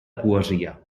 poesia